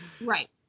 Right